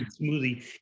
smoothie